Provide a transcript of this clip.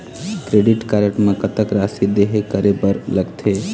Credit card म कतक राशि देहे करे बर लगथे?